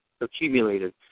accumulated